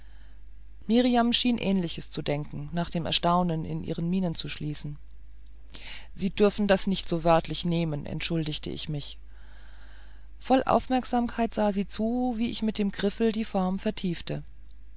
schien ähnliches zu denken nach dem erstaunen in ihren mienen zu schließen sie dürfen es nicht so wörtlich nehmen entschuldigte ich mich voll aufmerksamkeit sah sie zu wie ich mit dem griffel die form vertiefte